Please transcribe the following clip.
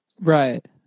Right